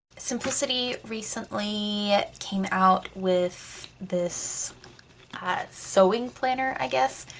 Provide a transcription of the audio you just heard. simplicity recently came out with this ah sewing planner, i guess?